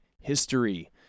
history